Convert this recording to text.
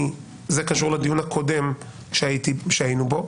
זה קשור לדיון הקודם שהיינו בו